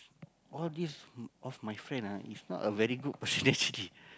all these of my friend ah is not a very good person actually